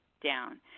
down